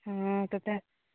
हँ तऽ ताहि